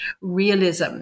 realism